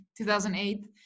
2008